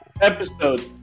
episode